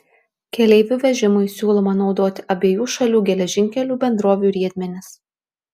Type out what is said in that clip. keleivių vežimui siūloma naudoti abiejų šalių geležinkelių bendrovių riedmenis